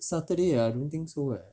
saturday ah I don't think so eh